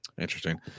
interesting